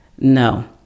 No